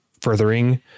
furthering